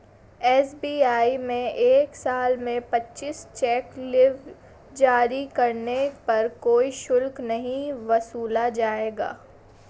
SBI में एक साल में पच्चीस चेक लीव जारी करने पर कोई शुल्क नहीं वसूला जाएगा